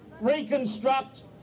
reconstruct